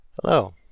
Hello